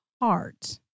heart